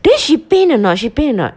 then she pain or not she pain or not